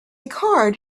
card